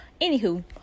Anywho